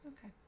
Okay